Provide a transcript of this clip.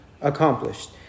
accomplished